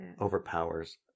overpowers